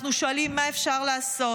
אנחנו שואלים: מה אפשר לעשות?